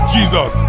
Jesus